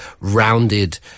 rounded